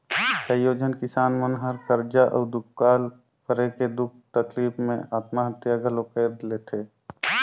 कयोझन किसान मन हर करजा अउ दुकाल परे के दुख तकलीप मे आत्महत्या घलो कइर लेथे